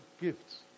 gifts